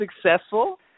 successful